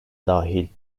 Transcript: dahil